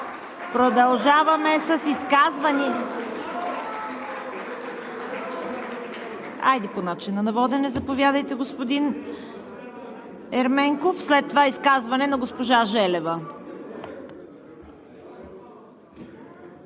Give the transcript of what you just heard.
Продължаваме с изказвания. По начина на водене – заповядайте, господин Ерменков. След това изказване на госпожа Желева.